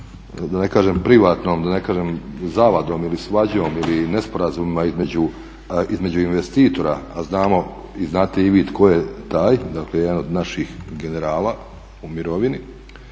da ne kažem privatnom, da ne kažem zavadom ili svađom ili nesporazumima između investitora, a znamo i znate i vi tko je taj, dakle jedan od naših generala u mirovini,